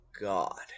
God